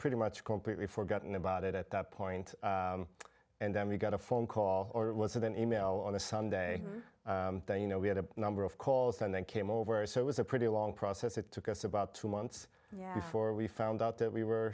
pretty much completely forgotten about it at that point and then we got a phone call or it was an email on a sunday you know we had a number of calls and then came over so it was a pretty long process it took us about two months yeah for we found out that we were